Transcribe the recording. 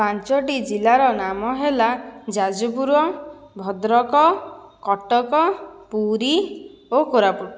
ପାଞ୍ଚଟି ଜିଲ୍ଲାର ନାମ ହେଲା ଯାଜପୁର ଭଦ୍ରକ କଟକ ପୁରୀ ଓ କୋରାପୁଟ